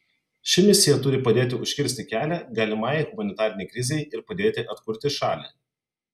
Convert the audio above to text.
ši misija turi padėti užkirsti kelią galimai humanitarinei krizei ir padėti atkurti šalį